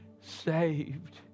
saved